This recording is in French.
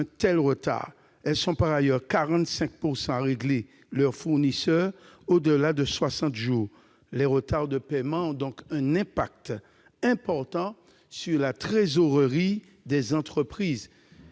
tel retard. Elles étaient par ailleurs 45 % à régler leurs fournisseurs au-delà de 60 jours. Les retards de paiement ont donc un impact important sur la trésorerie des entreprises.